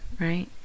right